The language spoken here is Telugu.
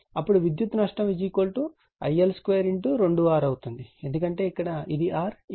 అప్పుడు విద్యుత్ నష్టం IL2 2R అవుతుంది ఎందుకంటే ఇక్కడ ఇది R ఇక్కడ ఇది R